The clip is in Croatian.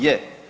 Je.